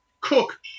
Cook